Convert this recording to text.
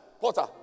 Porter